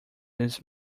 this